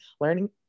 learning